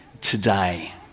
today